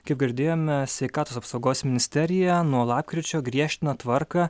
kaip girdėjome sveikatos apsaugos ministerija nuo lapkričio griežtina tvarką